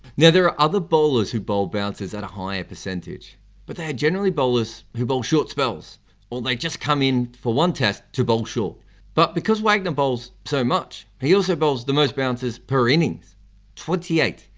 now there are other bowlers who bowl bouncers at a higher percentage but they are generally bowlers who bowl short spells or they just come in for one test to bowl short but because wagner bowls so much he also bowls the most bouncers per innings twenty eight!